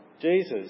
Jesus